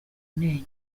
ntenyo